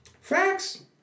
Facts